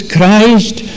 Christ